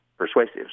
persuasive